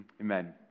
Amen